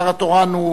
השר התורן הוא